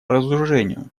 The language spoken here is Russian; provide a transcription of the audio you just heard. разоружению